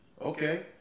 Okay